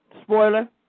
Spoiler